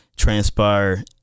transpire